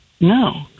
No